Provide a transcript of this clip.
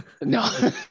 no